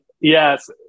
yes